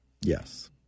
yes